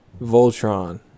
Voltron